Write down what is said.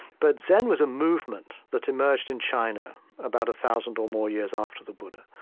but zen was a movement that emerged in china about a thousand or more years after the buddha.